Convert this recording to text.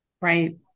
Right